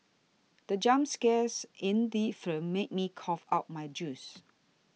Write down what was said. the jump scares in the film made me cough out my juice